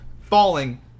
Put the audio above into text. falling